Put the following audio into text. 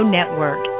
Network